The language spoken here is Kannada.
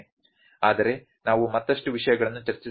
ಆದರೆ ನಾವು ಮತ್ತಷ್ಟು ವಿಷಯಗಳನ್ನು ಚರ್ಚಿಸಬೇಕಾಗಿದೆ